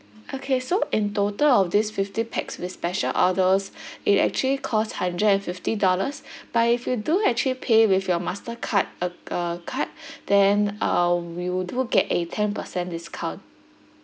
okay so in total of these fifteen packs with special orders it actually cost hundred and fifty dollars but if you do actually pay with your mastercard uh uh card then um we would do get a ten percent discount